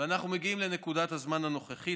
אנחנו מגיעים לנקודת הזמן הנוכחית,